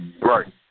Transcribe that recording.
Right